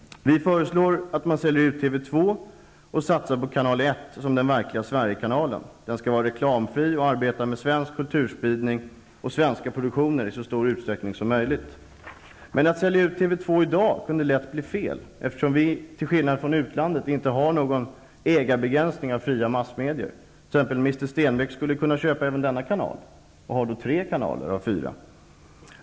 Vi föreslår att man säljer ut TV 2 och satsar på Kanal 1 som den verkliga Sverigekanalen. Den skall vara reklamfri och arbeta med svensk kulturspridning och svenska produktioner i så stor utsträckning som möjligt. Att sälja ut TV 2 i dag kunde lätt bli fel eftersom vi, till skillnad från andra länder, inte har någon begränsning av ägandet av fria massmedier. T.ex. Mr Stenbeck skulle kunna köpa även denna kanal, och då ha tre kanaler av fyra.